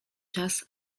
czas